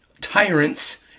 tyrants